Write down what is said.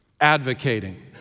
advocating